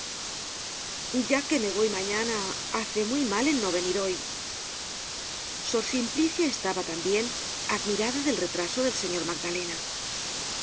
ya que me voy mañana hace mal en no venir hoy sor simplicia estaba tambien admirada del retraso del señor magdalena